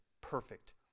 perfect